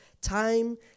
time